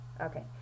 Okay